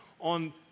on